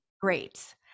great